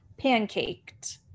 pancaked